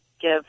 give